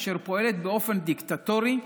אשר פועלת באופן דיקטטורי,